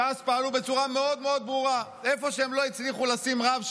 ש"ס פעלו בצורה מאוד מאוד ברורה: איפה שהם לא הצליחו לשים רב שלהם,